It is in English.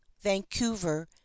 Vancouver